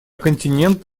континент